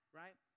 right